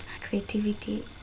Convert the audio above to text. creativity